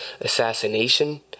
assassination